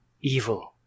Evil